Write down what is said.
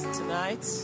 tonight